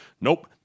nope